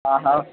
हां हां